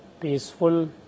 peaceful